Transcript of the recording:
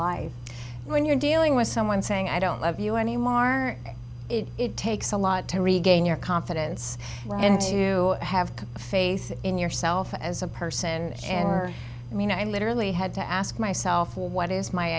life when you're dealing with someone saying i don't love you anymore it takes a lot to regain your confidence and to have faith in yourself as a person and i mean i literally had to ask myself what is my